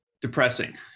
depressing